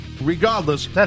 Regardless